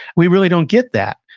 we really don't get that.